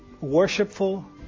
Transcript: worshipful